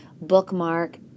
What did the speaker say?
bookmark